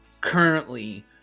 currently